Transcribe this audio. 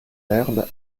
l’herbe